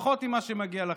פחות ממה שמגיע לכם.